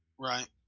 right